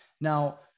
Now